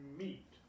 meet